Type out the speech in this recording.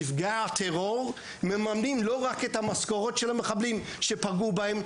נפגעי הטרור מממנים לא רק את המשכורות של המחבלים שפגעו בהם,